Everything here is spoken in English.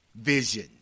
vision